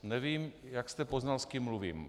Nevím, jak jste poznal, s kým mluvím.